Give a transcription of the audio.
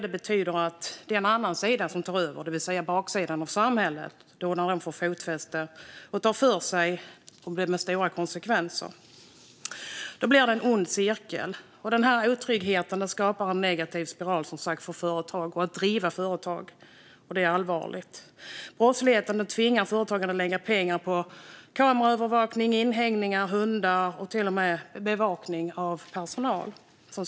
Det betyder att det är en annan sida som tar över, det vill säga baksidan av samhället, när brottsligheten får fotfäste och tar för sig, och det med stora konsekvenser. Då blir det en ond cirkel. Den här otryggheten skapar, som sagt, en negativ spiral för företag och för att driva företag, och det är allvarligt. Brottsligheten tvingar företagen att lägga pengar på säkerhetsåtgärder som kameraövervakning, inhägnader, hundar och till och med bevakning av personal.